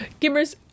Gimmers